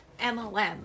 MLM